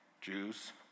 Jews